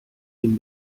dem